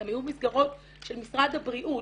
גם היו מסגרות של משרד הבריאות,